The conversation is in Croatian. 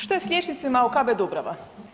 Što je s liječnicima u KB Dubrava?